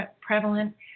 prevalent